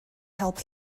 help